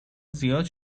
زیاد